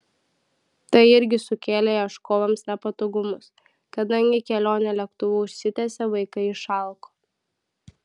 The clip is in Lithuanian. tai irgi sukėlė ieškovams nepatogumus kadangi kelionė lėktuvu užsitęsė vaikai išalko